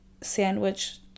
sandwich